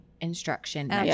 instruction